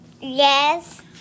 Yes